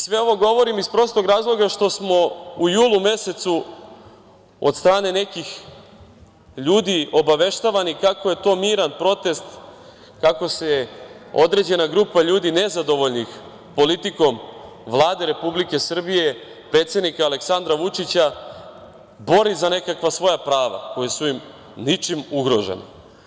Sve ovo govorim iz prostog razloga što smo u julu mesecu od strane nekih ljudi obaveštavani kako je to miran protest, kako se određena grupa ljudi, nezadovoljnih politikom Vlade Republike Srbije, predsednika Aleksandra Vučića, bori za nekakva svoja prava koja su im ničim ugrožena.